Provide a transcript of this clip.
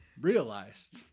realized